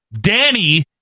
Danny